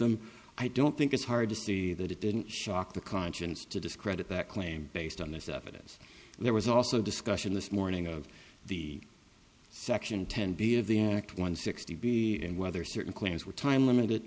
them i don't think it's hard to see that it didn't shock the conscience to discredit that claim based on this evidence there was also discussion this morning of the section ten b of the act one sixty b and whether certain claims were time limit